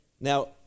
Now